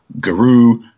Guru